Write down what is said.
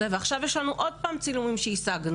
ועכשיו יש לנו עוד פעם צילומים שהשגנו,